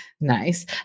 Nice